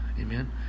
Amen